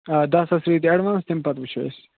آ دَہ ساس ترٛٲوِو تُہۍ ایٚڈوانٕس تَمہِ پتہٕ وُچھو أسۍ